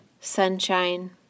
Sunshine